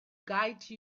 guide